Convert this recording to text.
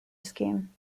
scheme